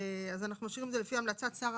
"לפי המלצת השר